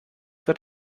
wird